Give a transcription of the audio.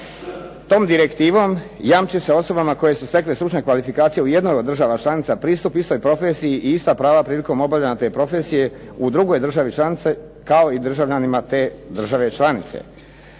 Tom direktivom jamči se osobama koje su stekle stručne kvalifikacije u jednoj od država članica pristup istoj profesiji i ista prava prilikom obavljanja te profesije u drugoj državi članici, kao i državljanima te države članice.